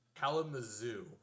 Kalamazoo